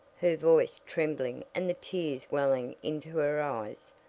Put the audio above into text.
her voice trembling and the tears welling into her eyes,